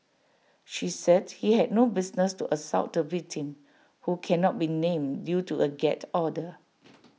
she said he had no business to assault the victim who cannot be named due to A gag order